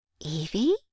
Evie